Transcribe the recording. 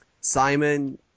Simon